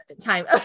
time